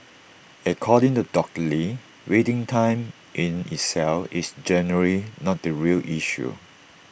according to doctor lee waiting time in itself is generally not the real issue